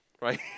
right